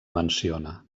menciona